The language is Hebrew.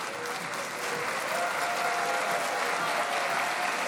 הממשלה והרכבה נתקבלה.